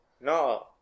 No